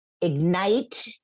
ignite